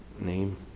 name